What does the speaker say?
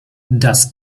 das